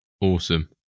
Awesome